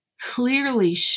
clearly